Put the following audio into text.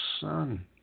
son